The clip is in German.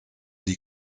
die